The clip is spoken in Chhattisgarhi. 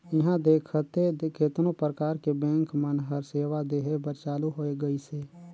इहां देखथे केतनो परकार के बेंक मन हर सेवा देहे बर चालु होय गइसे